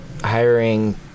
hiring